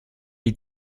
wie